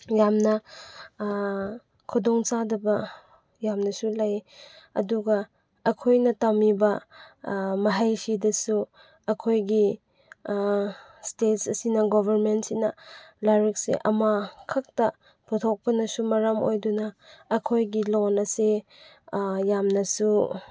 ꯌꯥꯝꯅ ꯈꯨꯗꯣꯡ ꯆꯥꯗꯕ ꯌꯥꯝꯅꯁꯨ ꯂꯩ ꯑꯗꯨꯒ ꯑꯩꯈꯣꯏꯅ ꯇꯝꯃꯤꯕ ꯃꯍꯩꯁꯤꯗꯁꯨ ꯑꯩꯈꯣꯏꯒꯤ ꯏꯁꯇꯦꯠ ꯑꯁꯤꯅ ꯒꯣꯕꯔꯃꯦꯟꯁꯤꯅ ꯂꯥꯏꯔꯤꯛꯁꯦ ꯑꯃꯈꯛꯇ ꯄꯨꯊꯣꯛꯄꯅꯁꯨ ꯃꯔꯝ ꯑꯣꯏꯗꯨꯅ ꯑꯩꯈꯣꯏꯒꯤ ꯂꯣꯟ ꯑꯁꯤ ꯌꯥꯝꯅꯁꯨ